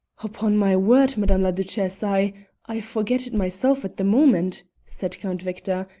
upon my word, madame la duchesse, i i forget it myself at the moment, said count victor,